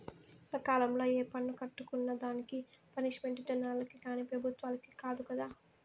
సకాలంల ఏ పన్ను కట్టుకున్నా దానికి పనిష్మెంటు జనాలకి కానీ పెబుత్వలకి కాదు కదా